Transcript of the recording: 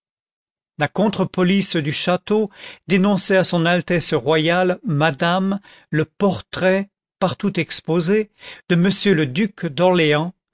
la contre police du château dénonçait à son altesse royale madame le portrait partout exposé de m le duc d'orléans